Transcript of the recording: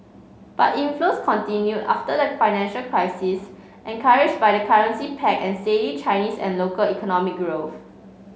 but inflows continued after like financial crisis encouraged by the currency peg and steady Chinese and local economic growth